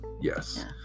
yes